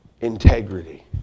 integrity